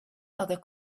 other